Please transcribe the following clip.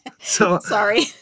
sorry